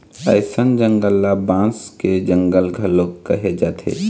अइसन जंगल ल बांस के जंगल घलोक कहे जाथे